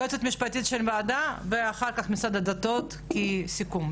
היועצת המשפטית של הוועדה ואחר כך משרד הדתות כסיכום,